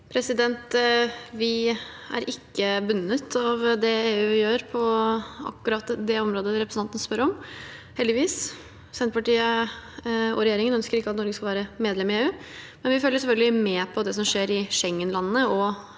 Vi er ikke bundet av det EU gjør på akkurat det området representanten spør om – heldigvis. Senterpartiet og regjeringen ønsker ikke at Norge skal være medlem i EU, men vi følger selvfølgelig med på det som skjer i Schengen-landene og EU-land